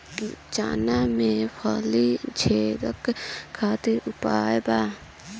चना में फली छेदक खातिर का उपाय बा?